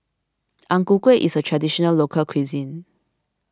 Ang Ku Kueh is a Traditional Local Cuisine